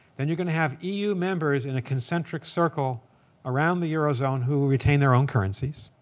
then you're going to have eu members in a concentric circle around the eurozone who retain their own currencies.